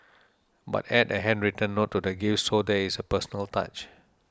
but add a handwritten note to the gift so there is a personal touch